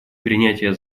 принятие